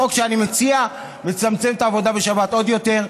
החוק שאני מציע מצמצם את העבודה בשבת עוד יותר,